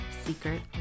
secret